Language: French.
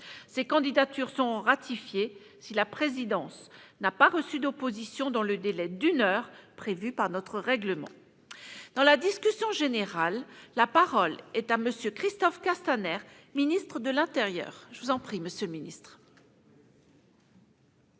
Ces candidatures seront ratifiées si la présidence n'a pas reçu d'opposition dans le délai d'une heure prévu par notre règlement. Dans la discussion générale, la parole est à M. le ministre. Madame